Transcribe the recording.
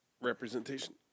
Representation